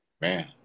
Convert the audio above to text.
man